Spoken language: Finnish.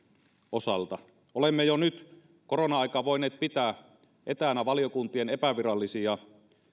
osalta olemme jo nyt korona aikaan voineet pitää etänä valiokuntien epävirallisia